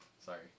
Sorry